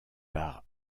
par